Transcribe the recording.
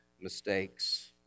mistakes